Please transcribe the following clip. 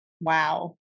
wow